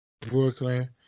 Brooklyn